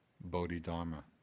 Bodhidharma